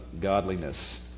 godliness